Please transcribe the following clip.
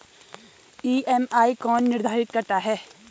EMI कौन निर्धारित करता है?